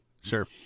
Sure